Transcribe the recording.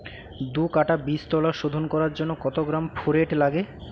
দু কাটা বীজতলা শোধন করার জন্য কত গ্রাম ফোরেট লাগে?